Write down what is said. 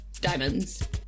diamonds